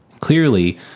Clearly